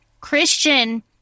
christian